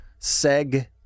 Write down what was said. seg